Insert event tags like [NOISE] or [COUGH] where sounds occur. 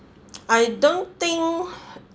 [NOISE] I don't think